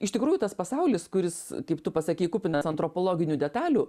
iš tikrųjų tas pasaulis kuris kaip tu pasakei kupinas antropologinių detalių